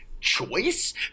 choice